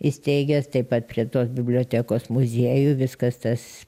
įsteigęs taip pat prie tos bibliotekos muziejų viskas tas